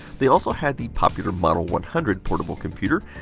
they also had the popular model one hundred portable computer.